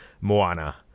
Moana